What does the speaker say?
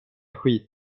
skit